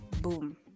boom